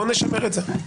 בוא נשמר את זה.